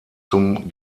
zum